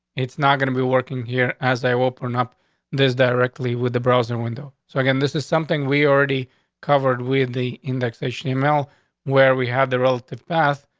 it's not gonna be working here, as i will open up this directly with the browsing window. so again, this is something we already covered with the indexation email where we have the relative path.